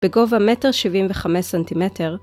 בגובה 1.75 סנטימטר.